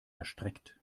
erstreckt